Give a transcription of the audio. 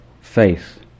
faith